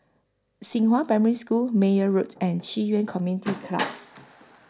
Xinghua Primary School Meyer Road and Ci Yuan Community Club